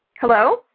Hello